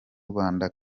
rwanda